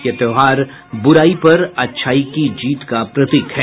यह त्योहार ब्राई पर अच्छाई की जीत का प्रतीक है